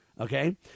okay